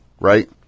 right